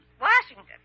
Washington